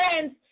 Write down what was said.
friends